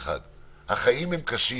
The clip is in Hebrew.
החיים הם קשים.